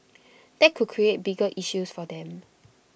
that could create bigger issues for them